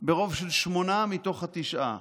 ברוב של שמונה מתוך התשעה.